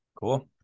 Cool